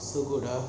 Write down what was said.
so good ah